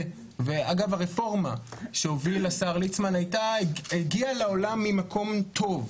הרפורמה שהוביל השר ליצמן הגיעה לעולם ממקום טוב,